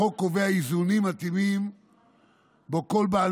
החוק קובע איזונים מתאימים כך שכל בעל